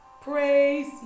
Praise